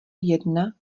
jedna